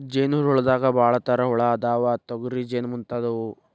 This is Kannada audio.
ಜೇನ ಹುಳದಾಗ ಭಾಳ ತರಾ ಹುಳಾ ಅದಾವ, ತೊಗರಿ ಜೇನ ಮುಂತಾದವು